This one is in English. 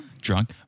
Drunk